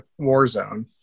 Warzone